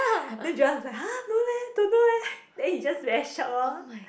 then Joel is like !huh! no leh don't know eh then he just very shocked lor